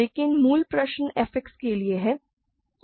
लेकिन मूल प्रश्न f X के लिए है